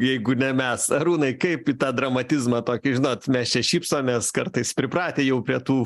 jeigu ne mes arūnai kaip į tą dramatizmą tokį žinot mes čia šypsomės kartais pripratę jau prie tų